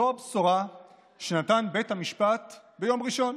זו הבשורה שנתן בית המשפט ביום ראשון.